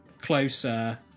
closer